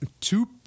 two